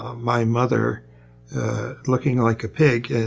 ah my mother looking like a pig,